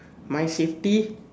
my safety